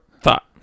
thought